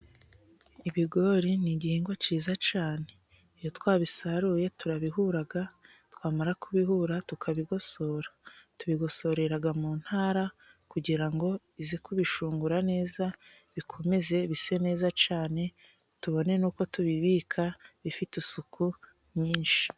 Ibigori ni igihingwa cyiza cyane. Iyo twabisaruye turabihura, twamara kubihura tukabigosora; tubigosorera mu ntara kugira ngo ize kubishungura neza, bikomeze bise neza cyane, tubone n'uko tubibika bifite isuku nyinshi.